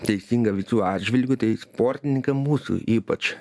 teisinga visų atžvilgiu tai sportininkam mūsų ypač